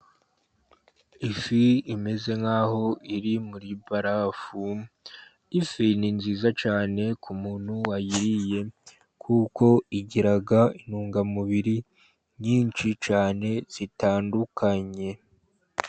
Ifi imeze nk'aho iri muri barafu. Ifi ni nziza cyane ku muntu wayiriye, kuko igira intungamubiri nyinshi cyane zitandukanye.